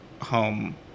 home